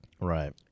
Right